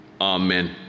amen